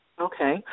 Okay